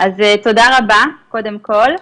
תודה רבה, קודם כל.